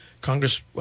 Congress